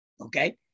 Okay